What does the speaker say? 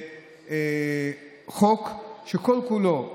לחוק שכל-כולו פרסונלי,